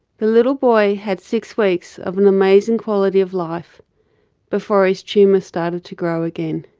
the little boy had six weeks of and amazing quality of life before his tumour started to grow again.